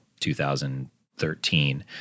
2013